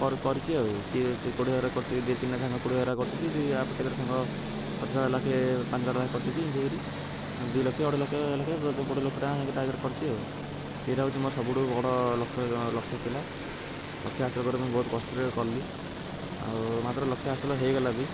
କର କରିଛି ଆଉ କିଏ କୋଡ଼ିଏ ହଜାର କରିଛି ଦୁଇ ତିନିଟା ସାଙ୍ଗ କୋଡ଼ିଏ ହଜାର କରିଛନ୍ତି ଆଉ କେତେଟା ସାଙ୍ଗ ପଚାଶହଜାର ଲକ୍ଷେ କରିଚନ୍ତି ଏମତି ହେଇକିରି ଦୁଇ ଲକ୍ଷ ଅଢେଇ ଲକ୍ଷ ଲକ୍ଷ କୋଡ଼ିଏ ଲକ୍ଷ ଟଙ୍କା ଟାର୍ଗେଟ୍ କରିଛି ଆଉ ସେଇଟା ହେଉଛି ମୋର ସୁବୁଠୁ ବଡ଼ ଲକ୍ଷ୍ୟ ଲକ୍ଷ୍ୟ ଥିଲା ଲକ୍ଷ୍ୟ ହାସଲ କରି ମୁଁ ବହୁତ କଷ୍ଟରେ କଲି ଆଉ ମାତ୍ର ଲକ୍ଷ୍ୟ ହାସଲ ହେଇଗଲା ବି